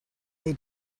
they